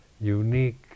unique